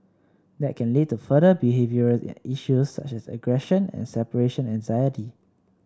that can lead to further behavioural issues such as aggression and separation anxiety